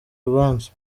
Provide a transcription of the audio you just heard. rubanza